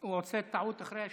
הוא עושה טעות אחרי השנייה.